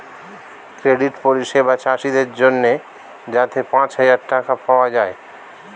credit পরিষেবা চাষীদের জন্যে যাতে পাঁচ হাজার টাকা পাওয়া যায়